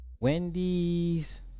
wendy's